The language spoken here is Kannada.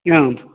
ಹ್ಞೂ